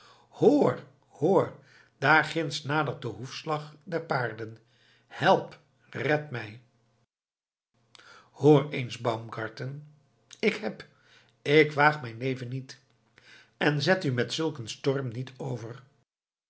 hoor hoor daar ginds nadert de hoefslag der paarden help red mij hoor eens baumgarten ik heb ik waag mijn leven niet en zet u met zulk een storm niet over